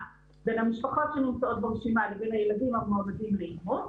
בין המשפחות שנמצאות ברשימה לבין הילדים המועמדים לאימוץ,